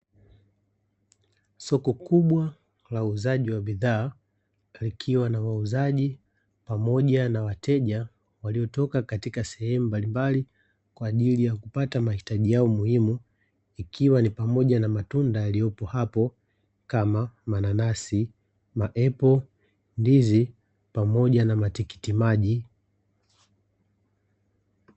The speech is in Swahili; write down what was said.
Soko kubwa la uuzaji wa bidhaa likiwa na wauzaji pamoja na wateja waliotoka katika sehemu mbalimbali kwa ajili yakupata mahitaji yao muhimu ikiwani pamoja na matunda yaliyopo hapo kama mananasi maepo, ndizi pamoja na matikiti maji.